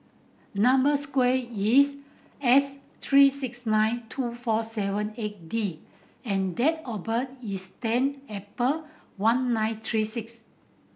number sequence is S three six nine two four seven eight D and date of birth is ten April one nine three six